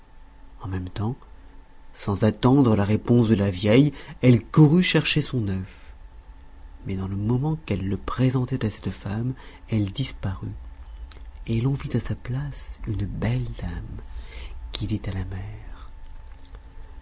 en même temps sans attendre la réponse de la vieille elle courut chercher son œuf mais dans le moment qu'elle le présentait à cette femme elle disparut et l'on vit à sa place une belle dame qui dit à la mère